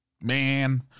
man